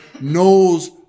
knows